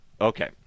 Okay